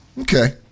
Okay